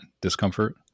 discomfort